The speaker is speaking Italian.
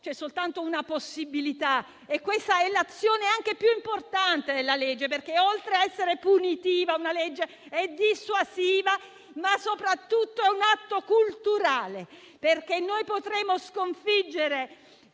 c'è soltanto una possibilità e questa è l'azione anche più importante della legge, perché oltre ad essere punitiva una legge è dissuasiva, ma soprattutto è un atto culturale, perché noi potremo sconfiggere